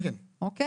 כן, כן, בסדר.